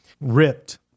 ripped